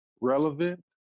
relevant